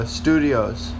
studios